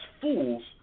fools